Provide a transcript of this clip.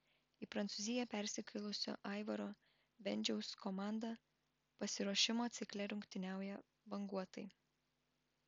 į prancūziją persikėlusio aivaro bendžiaus komanda pasiruošimo cikle rungtyniauja banguotai